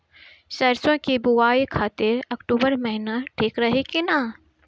सरसों की बुवाई खाती अक्टूबर महीना ठीक रही की ना?